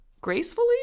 gracefully